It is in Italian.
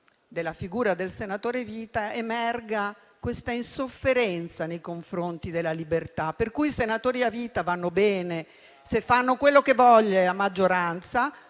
della figura del senatore a vita emerge invece un'insofferenza nei confronti della libertà, per cui i senatori a vita vanno bene solo se fanno quello che vuole la maggioranza.